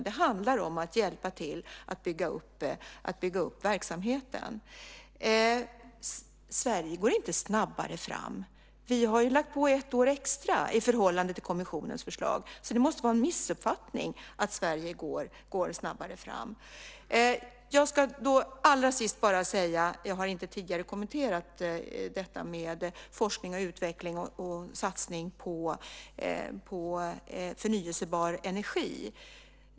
Det handlar om att hjälpa till att bygga upp verksamheten. Sverige går inte snabbare fram. Vi har ju lagt på ett år extra i förhållande till kommissionens förslag. Det måste vara en missuppfattning att Sverige går snabbare fram. Jag ska allra sist bara säga något ytterligare. Jag har inte tidigare kommenterat detta med forskning, utveckling och satsning på förnyelsebar energi.